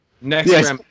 Next